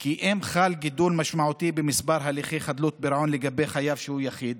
כי אם חל גידול משמעותי במספר הליכי חדלות פירעון לגבי חייב שהוא יחיד,